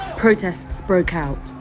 protests broke out,